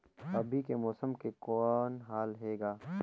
अभी के मौसम के कौन हाल हे ग?